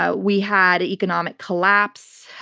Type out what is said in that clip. ah we had economic collapse.